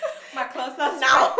my closest friend